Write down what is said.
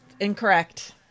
Incorrect